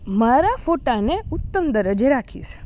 મારા ફોટાને ઉત્તમ દરજ્જે રાખીશ